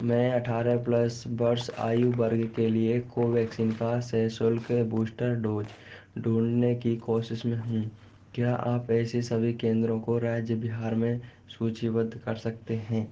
मैं अठारह प्लस वर्ष आयु वर्ग के लिए कोवैक्सीन का सशुल्क बूस्टर डोज ढूँढने कि कोशिश में हूँ क्या आप ऐसे सभी केंद्रों को राज्य बिहार में सूचीबद्ध कर सकते हें